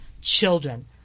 children